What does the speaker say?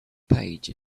page